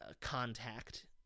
contact